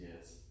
yes